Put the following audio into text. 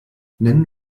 nennen